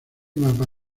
mapa